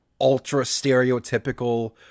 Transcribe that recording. ultra-stereotypical